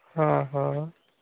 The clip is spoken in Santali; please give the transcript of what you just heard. ᱦᱮᱸ ᱦᱮᱸ